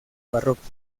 parroquia